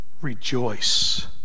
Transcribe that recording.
rejoice